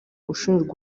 ushinjwa